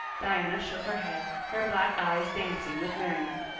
diana shook her head, her black eyes dancing with merriment.